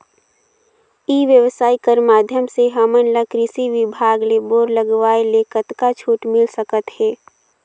ई व्यवसाय कर माध्यम से हमन ला कृषि विभाग ले बोर लगवाए ले कतका छूट मिल सकत हे?